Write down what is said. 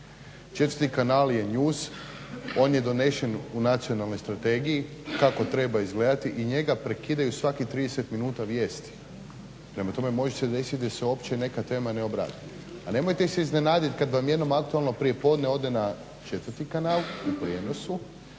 Četvori kanal je news, on je donošen u nacionalnoj strategiji, kako treba izgledati i njega prekidaju svakih trideset minuta vijesti, znači može se desiti da se neka tema uopće ne obradi. A nemojte se iznenadit kada vam jedno aktualno prijepodne ode na četvrti kanala na prijenosu